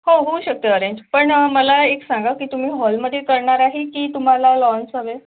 हो होऊ शकतं अरेंज पण मला एक सांगा की तुम्ही हॉलमध्ये करणार आहे की तुम्हाला लॉन्स हवे आहेत